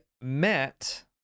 met